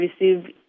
receive